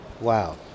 Wow